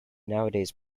nowadays